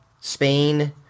Spain